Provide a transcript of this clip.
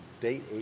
date